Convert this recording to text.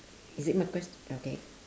is it my quest~ okay